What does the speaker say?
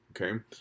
okay